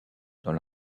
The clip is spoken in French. dans